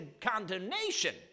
condemnation